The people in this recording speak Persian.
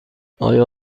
آیا